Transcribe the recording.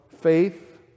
faith